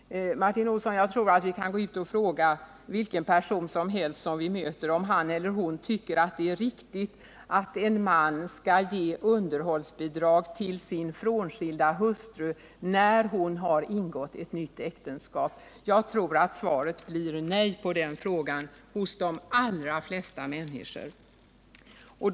Martin Olsson! Om vi skulle gå ut och fråga vilka personer som helst som vi möter, om de tycker att det är riktigt att en man skall ge underhållsbidrag till sin frånskilda hustru när hon har ingått ett nytt äktenskap, tror jag att svaret i de allra flesta fall skulle bli nej.